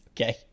okay